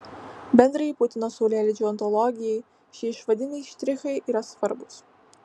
bendrajai putino saulėlydžio ontologijai šie išvadiniai štrichai yra svarbūs